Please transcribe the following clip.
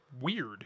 weird